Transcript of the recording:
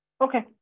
Okay